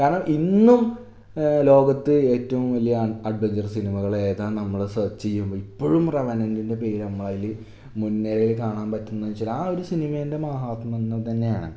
കാരണം ഇന്നും ലോകത്ത് ഏറ്റവും വലിയ അഡ്വഞ്ചർ സിനിമകൾ ഏതാണെന് നമ്മൾ സർച്ച് ചെയ്യുമ്പോൾ ഇപ്പോഴും റവനൻറ്റിൻ്റെ പേർ നമ്മളതിൽ മുൻ നിരയിൽ കാണാൻ പറ്റുമെന്നു വെച്ചാൽ ആ ഒരു സിനിമേൻ്റെ മാഹാത്മ്യമെന്നു തന്നെയാണ്